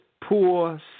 poor